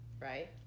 Right